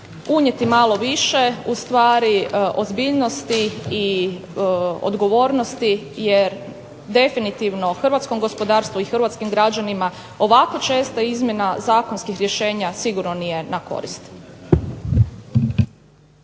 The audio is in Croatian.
unijeti malo više ustvari ozbiljnosti i odgovornosti jer definitivno hrvatskom gospodarstvu i hrvatskim građanima ovako česta izmjena zakonskih rješenja sigurno nije na korist.